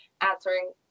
answering